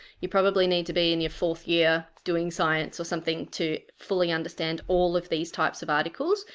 you probably need to be in your fourth year doing science or something to fully understand all of these types of articles,